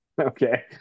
Okay